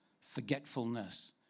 forgetfulness